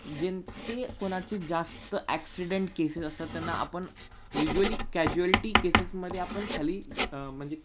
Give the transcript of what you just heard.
ज्यांची कोणाची जास्त ॲक्सिडेंट केसेस असतात त्यांना आपण युज्युअली कॅज्युअल्टी केसेसमध्ये आपण खाली म्हणजे